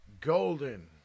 Golden